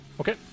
Okay